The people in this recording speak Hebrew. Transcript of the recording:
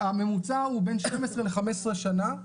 הממוצע הוא בין 12 ל-15 שנה,